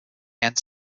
and